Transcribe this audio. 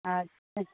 अच्छा